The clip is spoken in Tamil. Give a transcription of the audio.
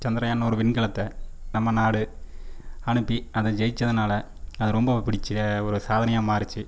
சந்திரயான்னு ஒரு விண்கலத்தை நம்ம நாடு அனுப்பி அது ஜெயிச்சதனால அது ரொம்ப பிடிச்ச ஒரு சாதனையாக மாறுடுச்சி